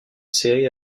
série